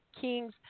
King's